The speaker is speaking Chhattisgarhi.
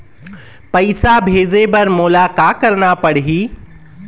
पैसा भेजे बर मोला का करना पड़ही?